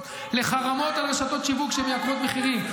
לחרמות על רשתות שיווק שמייקרות מחירים.